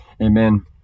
Amen